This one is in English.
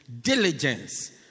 diligence